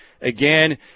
again